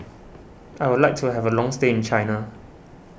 I would like to have a long stay in China